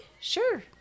Sure